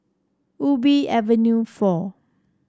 Ubi Avenue four